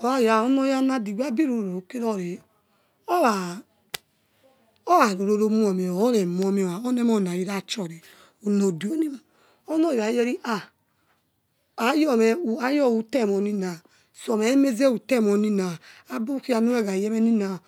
ora onoyana abiru roro kerore oraora ruroro whamio oreyomio onemona eh irachi ore unodio nemor onoya okhakheyori ha ayome ayokute mionina abukhinuregh ariye me nina.